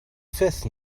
fifth